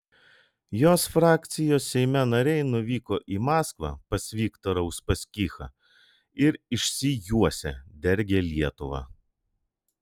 jos frakcijos seime nariai nuvyko į maskvą pas viktorą uspaskichą ir išsijuosę dergė lietuvą